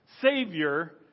Savior